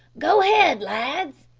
go ahead, lads.